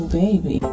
baby